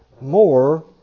more